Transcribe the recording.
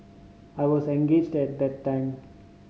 I was engaged at that time